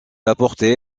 apporté